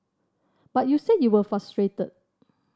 but you said you were frustrated